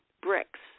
bricks